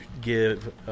give